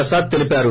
ప్రసాద్ తెలిపారు